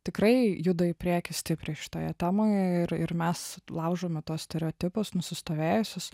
tikrai juda į priekį stipriai šitoje temoje ir ir mes laužome tuos stereotipus nusistovėjusius